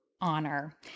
honor